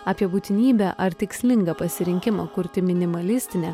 apie būtinybę ar tikslingą pasirinkimą kurti minimalistinę